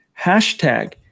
hashtag